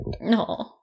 No